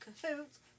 cahoots